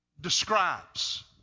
describes